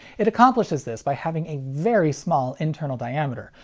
it accomplishes this by having a very small internal diameter,